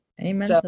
amen